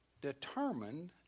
determined